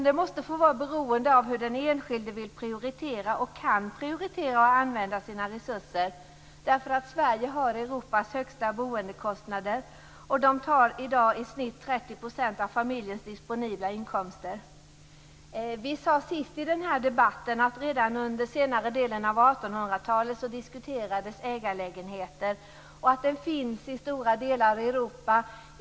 Det måste få bero på hur den enskilde vill prioritera och kan prioritera användandet av sina resurser. Sverige har Europas högsta boendekostnader. De tar i dag i snitt 30 % av familjens disponibla inkomster. Vi sade senast i den här debatten att ägarlägenheter diskuterades redan under senare delen av 1800 talet. Sådana finns i stora delar av Europa.